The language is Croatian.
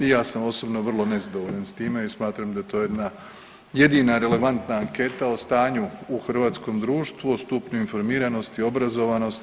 I ja sam osobno vrlo nezadovoljan sa time i smatram da je to jedna jedina relevantna anketa o stanju u hrvatskom društvu, o stupnju informiranosti, obrazovanosti.